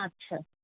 আচ্ছা